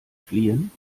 fliehen